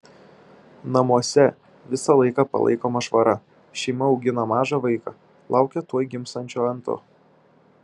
namuose visą laiką palaikoma švara šeima augina mažą vaiką laukia tuoj gimsiančio antro